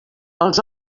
els